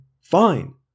fine